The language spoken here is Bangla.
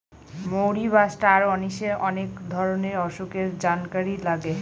মৌরি বা ষ্টার অনিশে অনেক ধরনের অসুখের জানকারি লাগে